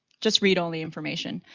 just read only information.